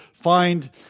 find